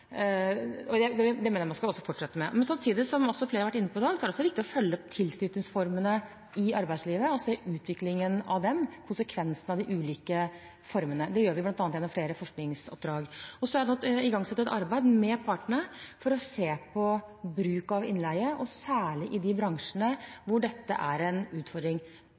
og det mener jeg man også skal fortsette med. Men samtidig, som flere har vært inne på i dag, er det også viktig å følge opp tilknytningsformene i arbeidslivet og se utviklingen av dem og konsekvensene av de ulike formene. Det gjør vi bl.a. gjennom flere forskningsoppdrag. Så er det igangsatt et arbeid med partene for å se på bruk av innleie og særlig i de bransjene hvor dette er utfordring. Bruk av innleie er stort sett ikke en utfordring